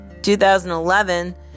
2011